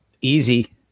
easy